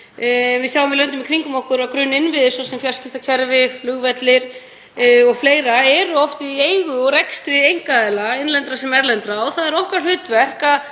Við sjáum í löndunum í kringum okkur að grunninnviðir, svo sem fjarskiptakerfi, flugvellir o.fl., eru oft í eigu og rekstri einkaaðila, innlendra sem erlendra, og það er okkar hlutverk að